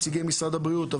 נציגי משרד הבריאות,